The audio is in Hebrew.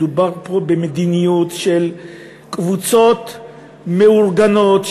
מדובר פה במדיניות של קבוצות מאורגנות,